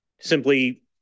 simply